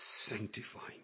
sanctifying